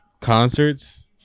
Concerts